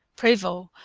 prevost,